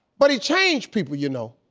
but he changed people you know.